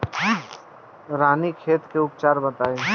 रानीखेत के उपचार बताई?